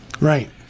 Right